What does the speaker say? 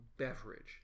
beverage